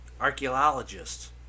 archaeologists